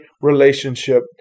relationship